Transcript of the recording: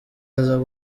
aza